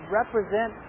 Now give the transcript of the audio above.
represent